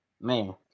Man